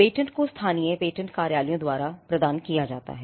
patent को स्थानीय patent कार्यालयों द्वारा प्रदान किया जाता है